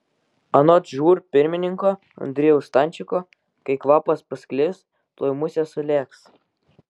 anot žūr pirmininko andriejaus stančiko kai kvapas pasklis tuoj musės sulėks